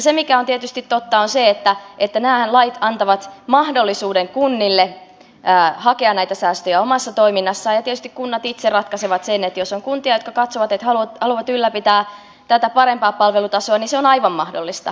se mikä on tietysti totta on se että nämä lait antavat mahdollisuuden kunnille hakea näitä säästöjä omassa toiminnassaan ja tietysti kunnat itse ratkaisevat sen että jos on kuntia jotka katsovat että haluavat ylläpitää tätä parempaa palvelutasoa niin se on aivan mahdollista